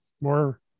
more